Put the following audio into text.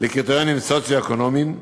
לקריטריונים סוציו-אקונומיים.